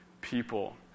people